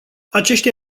aceștia